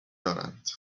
دارند